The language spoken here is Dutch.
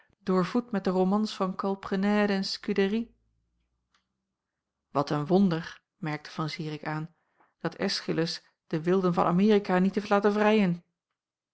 doorvoed met de romans van calprenède en serie at een wonder merkte van zirik aan dat eschylus de wilden van amerika niet heeft laten vrijen